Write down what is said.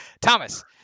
Thomas